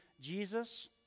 Jesus